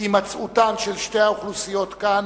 שהימצאותן של שתי האוכלוסיות כאן,